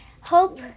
hope